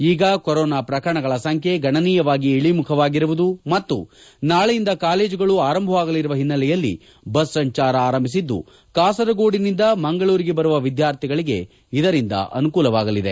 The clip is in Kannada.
ಈಗ ಕೊರೋನಾ ಪ್ರಕರಣಗಳ ಸಂಖ್ಯೆ ಗಣನೀಯವಾಗಿ ಇಳಿಮುಖವಾಗಿರುವುದು ಮತ್ತು ನಾಳೆಯಿಂದ ಕಾಲೇಜುಗಳು ಆರಂಭವಾಗಲಿರುವ ಹಿನ್ನೆಲೆಯಲ್ಲಿ ಬಸ್ ಸಂಚಾರ ಆರಂಭಿಸಿದ್ದು ಕಾಸರಗೋಡಿನಿಂದ ಮಂಗಳೂರಿಗೆ ಬರುವ ವಿದ್ಯಾರ್ಥಿಗಳಿಗೆ ಇದರಿಂದ ಅನುಕೂಲವಾಗಲಿದೆ